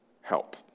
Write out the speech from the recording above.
Help